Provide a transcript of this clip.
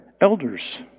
elders